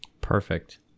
perfect